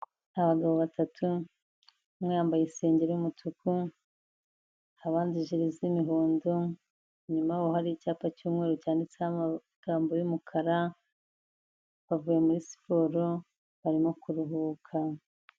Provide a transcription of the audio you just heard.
Abagabo batatu, umwe yambaye isengeri y'umutuku, abandi ijire z'imihondo, inyuma yabo hari icyapa cy'umweru cyanditseho amagambo y'umukara, bavuye muri siporo barimo kuruhuka.